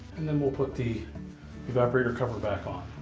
and then we'll put the evaporator cover back on.